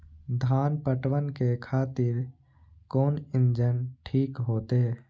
धान पटवन के खातिर कोन इंजन ठीक होते?